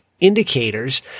indicators